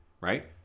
right